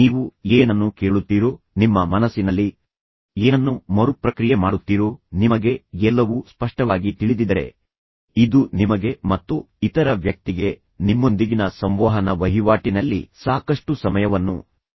ನೀವು ಏನನ್ನು ಕೇಳುತ್ತೀರೋ ನಿಮ್ಮ ಮನಸ್ಸಿನಲ್ಲಿ ಏನನ್ನು ಮರುಪ್ರಕ್ರಿಯೆ ಮಾಡುತ್ತೀರೋ ನಿಮಗೆ ಎಲ್ಲವೂ ಸ್ಪಷ್ಟವಾಗಿ ತಿಳಿದಿದ್ದರೆ ಇದು ನಿಮಗೆ ಮತ್ತು ಇತರ ವ್ಯಕ್ತಿಗೆ ನಿಮ್ಮೊಂದಿಗಿನ ಸಂವಹನ ವಹಿವಾಟಿನಲ್ಲಿ ಸಾಕಷ್ಟು ಸಮಯವನ್ನು ಉಳಿಸುತ್ತದೆ